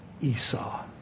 Esau